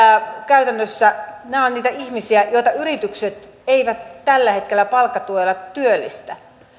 käytännössä nämä ovat niitä ihmisiä joita yritykset eivät tällä hetkellä palkkatuella työllistä